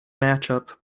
matchup